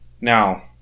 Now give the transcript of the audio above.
Now